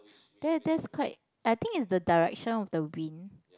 that that's quite I think it's the direction of the wind